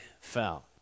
fell